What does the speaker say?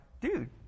dude